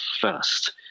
first